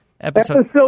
Episode